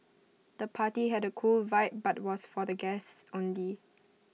the party had A cool vibe but was for the guests only